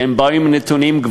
שבאו עם נתונים.